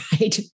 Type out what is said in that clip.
right